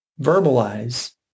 verbalize